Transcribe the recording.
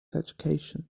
education